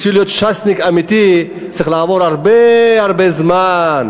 בשביל להיות ש"סניק אמיתי צריך לעבור הרבה הרבה זמן,